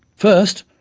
first,